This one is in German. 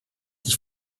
die